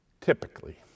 typically